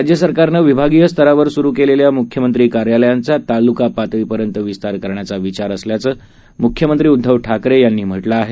राज्य सरकारनं विभागीय स्तरावर सुरु केलेल्या मुख्यमंत्री कार्यालयांचा तालुका पातळीपर्यंत विस्तार करण्याचा विचार असल्याचं मुख्यमंत्री उद्धव ठाकरे यांनी म्हटलं आहे